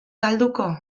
galduko